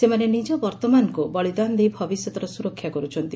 ସେମାନେ ନିଜ ବର୍ଉମାନକୁ ବଳିଦାନ ଦେଇ ଭବିଷ୍ୟତର ସୁରକ୍ଷା କରୁଛନ୍ତି